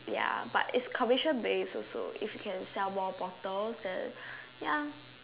ya but it's commission based also if you can sell more bottles ya